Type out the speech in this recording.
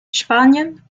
spanien